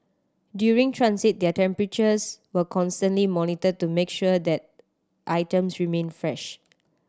during transit their temperatures were constantly monitored to make sure that items remain fresh